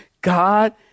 God